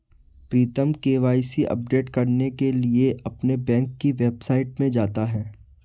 प्रीतम KYC update करने के लिए अपने बैंक की वेबसाइट में जाता है